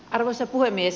arvoisa puhemies